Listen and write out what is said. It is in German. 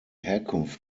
herkunft